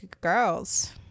girls